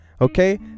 okay